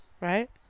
right